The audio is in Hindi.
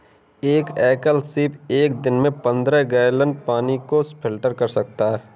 एक एकल सीप एक दिन में पन्द्रह गैलन पानी को फिल्टर कर सकता है